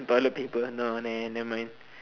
toilet paper no nah nevermind